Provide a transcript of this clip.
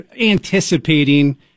anticipating